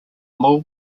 mall